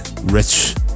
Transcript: rich